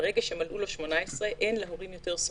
ברגע שמלאו לו 18, אין להורים יותר זכות.